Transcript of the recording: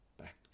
Back